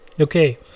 Okay